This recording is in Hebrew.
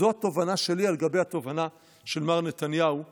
זו התובנה שלי לגבי התובנה של מר נתניהו בספרו.